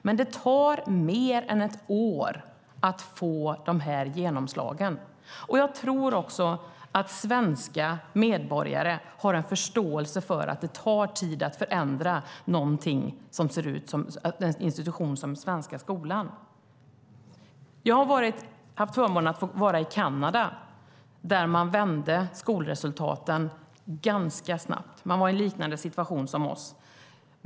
Men det tar mer än ett år att få genomslag. Jag tror också att svenska medborgare har en förståelse för att det tar tid att förändra en institution som den svenska skolan. Jag har haft förmånen att få vara i Kanada, där man vände skolresultaten ganska snabbt. Man var i en situation som liknade vår.